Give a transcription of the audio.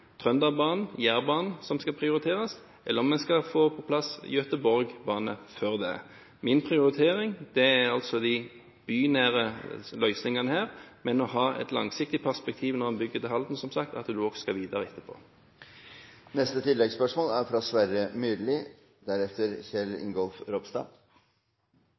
Trønderbanen, Jærbanen som skal prioriteres, eller om en skal få på plass Göteborgbanen før det. Min prioritering er altså de bynære løsningene her, men å ha et langsiktig perspektiv når en bygger til Halden, som sagt, på at en også skal videre etterpå.